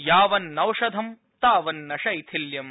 यावन्नौषधम् तावन्न शैथिल्यम्